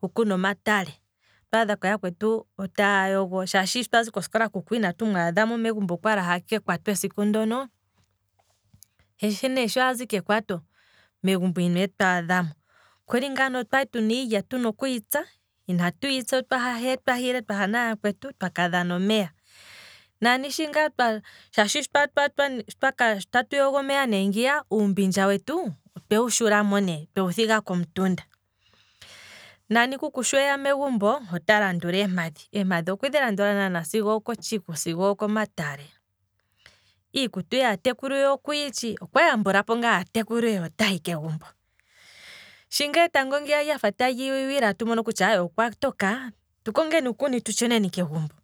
Hu kuna omatale, otwadha yakwetu taya yogo, shi twaza kosikola kuku inatu mwaadhamo megumbo okwali aha kekwato esiku ndono, he ne sho azi kekwato, megumboine twaadhamo, okutya ngaa okwali tuna iilya tuna okuyi tsa, iilya iantu yitsa hela twahile nooyakwetu twaka dhana omeya, nani shi ngaa twa- twa- twa, shi tatu yogo omeya nee ngiya, uumbindja wetu otwewu shulamo ne twewu thiga komutunda, nani kuku sheeya megumbo, he ota landula eempadhi, eempadhi okwedhi landula naana sigo omotshiku sigo oko matale, iikutu yaatekulu ye okuyitshi, okwa yambulapo ngaa iikutu yaatekulu ye he otahi kegumbo, shi ngaa etango lyafa tali wiwile ngaye ote mono kutya okwa toka, tu kongeni uukuni tweeni kegumbo,